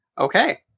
Okay